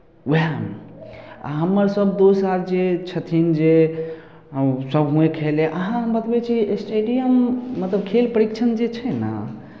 उएहमे आ हमर सभ दोस्त आर जे छथिन जेसभ हुएँ खेलै अहाँ हम बतबै छी स्टेडियम मतलब खेल परीक्षण जे छै ने